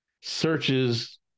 searches